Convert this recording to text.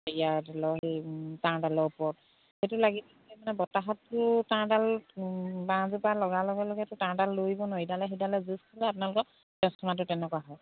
ইয়াৰ ধৰি লওক সেই তাঁৰডালৰ ওপৰত সেইটো লাগি থাকিলে মানে বতাহতটো তাঁৰডাল বাঁহজোপা লগা লগে লগেতো তাঁৰডাল লৰিব নোৱাৰে ইডালে সিডালে যুঁজ খালে আপোনালোকৰ টেঞ্চফৰ্মাৰটো তেনেকুৱা হয়